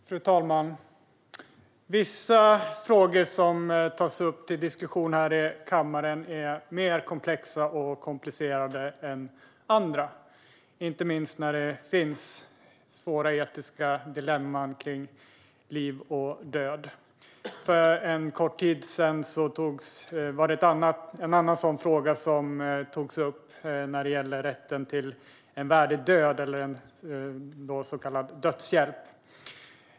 Fru talman! Vissa frågor som tas upp till diskussion här i kammaren är mer komplexa och komplicerade än andra, inte minst när det gäller svåra etiska dilemman kring liv och död. För en kort tid sedan togs en annan sådan fråga upp här som gällde rätten till en värdig död, så kallad dödshjälp.